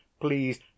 please